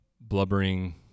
blubbering